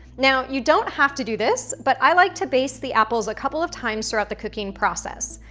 now, you don't have to do this, but i like to baste the apples a couple of times throughout the cooking process.